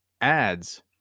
ads